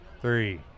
three